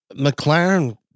McLaren